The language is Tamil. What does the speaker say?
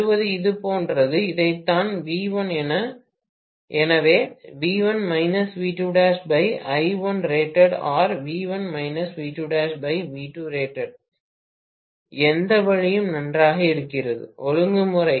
பெறுவது இது போன்றது இதுதான் வி 1 எனவே எந்த வழியும் நன்றாக இருக்கிறது ஒழுங்குமுறை